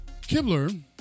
Kibler